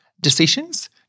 decisions